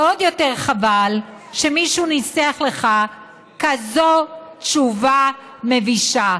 ועוד יותר חבל שמישהו ניסח לך כזאת תשובה מבישה.